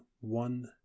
one